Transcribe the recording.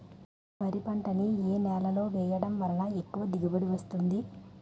వరి పంట ని ఏ నేలలో వేయటం వలన ఎక్కువ దిగుబడి వస్తుంది?